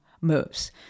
moves